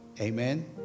Amen